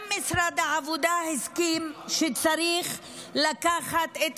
גם משרד העבודה הסכים שצריך לקחת בחשבון